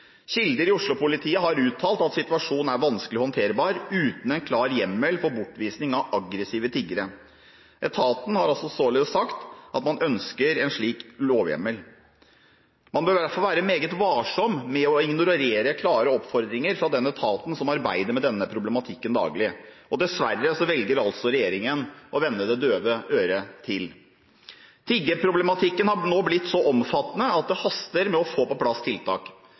Kilder i Oslo-politiet har uttalt at situasjonen er vanskelig håndterbar uten en klar hjemmel for bortvisning av aggressive tiggere. Etaten har således sagt at man ønsker en slik lovhjemmel. Man bør derfor være meget varsom med å ignorere klare oppfordringer fra den etaten som arbeider med denne problematikken daglig. Dessverre velger altså regjeringen å vende det døve øret til. Tiggeproblematikken har nå blitt så omfattende at det haster å få på plass tiltak.